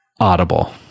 Audible